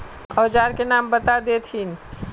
औजार के नाम बता देथिन?